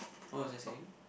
what was I saying